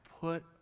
put